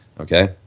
okay